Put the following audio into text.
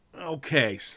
okay